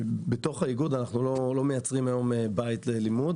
בתוך האיגוד אנחנו לא מייצרים היום בית ללימוד,